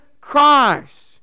Christ